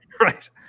Right